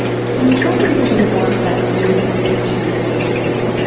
can you talk a little bit about that new perception of recovery?